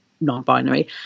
non-binary